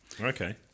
Okay